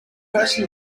person